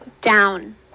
Down